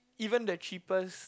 even the cheapest